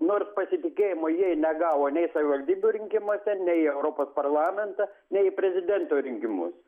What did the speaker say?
nors pasitikėjimo jie i negavo nei savivaldybių rinkimuose nei į europos parlamentą nei į prezidento rinkimus